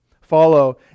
Follow